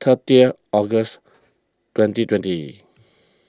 thirtieth August twenty twenty